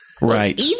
right